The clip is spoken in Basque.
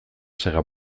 sega